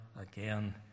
again